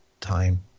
time